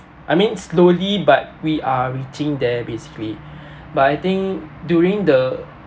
I mean slowly but we are reaching there basically but I think during the